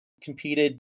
competed